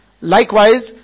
Likewise